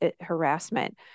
harassment